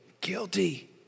guilty